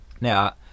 Now